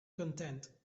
content